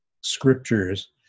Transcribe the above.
scriptures